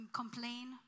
complain